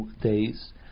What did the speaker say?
days